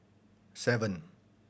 seven